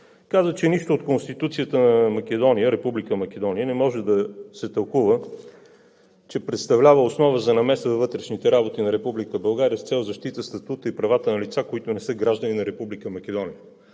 казва, че нищо от Конституцията на Република Македония не може да се тълкува, че представлява основа за намеса във вътрешните работи на Република България с цел защита статута и правата на лица, които не са граждани на Република Македония.